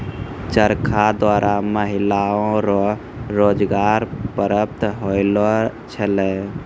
चरखा द्वारा महिलाओ रो रोजगार प्रप्त होलौ छलै